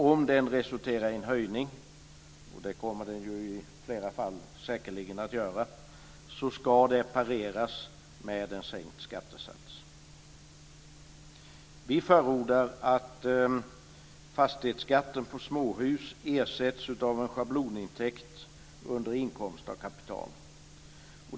Om den resulterar i en höjning, och det kommer den i flera fall säkerligen att göra, ska det pareras med en sänkt skattesats. Vi förordar att fastighetsskatten på småhus ersätts av en schablonintäkt under inkomst av kapital.